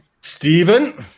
Stephen